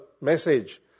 message